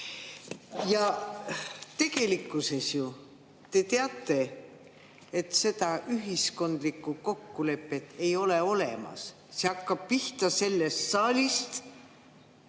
Aga tegelikkuses te ju teate, et seda ühiskondlikku kokkulepet ei ole olemas. See hakkab pihta sellest saalist.